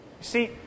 see